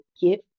give